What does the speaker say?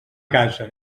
casa